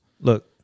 Look